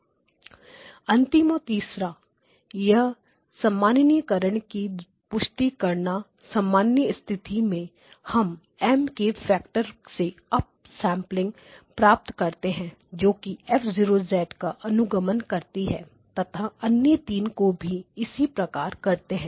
अंतिम और तीसरा स्टेप है समानीकरण की पुष्टि करना सामान्य स्थिति में हम M के फैक्टर से अप सेंपलिंग प्राप्त करते हैं जो कि F0 का अनुगमन करती है तथा अन्य तीन को भी इसी प्रकार करते हैं